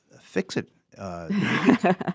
fix-it